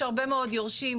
יש הרבה מאוד יורשים,